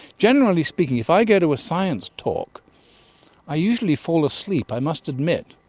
generally speaking if i go to a science talk i usually fall asleep, i must admit.